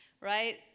right